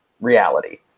reality